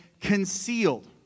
concealed